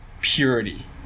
purity